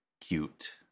cute